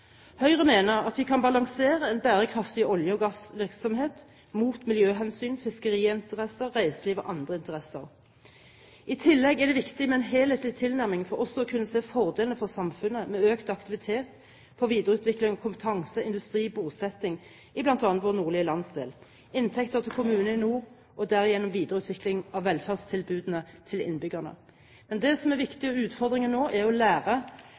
Høyre mener at vi kan balansere en bærekraftig olje- og gassvirksomhet mot miljøhensyn, fiskeriinteresser, reiseliv og andre interesser. I tillegg er det viktig med en helhetlig tilnærming for også å kunne se fordelene for samfunnet med økt aktivitet – for videreutvikling av kompetanse, industri, bosetting i bl.a. vår nordlige landsdel, inntekter til kommunene i nord, og derigjennom videreutvikling av velferdstilbudene til innbyggerne. Men det som er den viktige utfordringen nå, er å lære